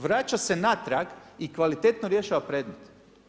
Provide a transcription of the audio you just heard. Vraća se natrag i kvalitetno rješava predmete.